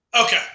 Okay